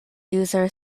user